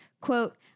quote